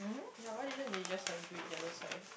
ya what it is you just like tweet the other side